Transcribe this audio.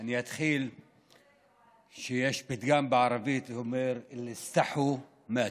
אני אתחיל בכך שיש פתגם בערבית שאומר: אללי אסתחו מאתו,